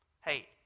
Hey